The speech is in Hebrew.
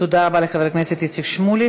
תודה רבה לחבר הכנסת איציק שמולי.